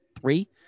Three